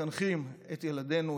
מחנכים את ילדינו,